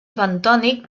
bentònic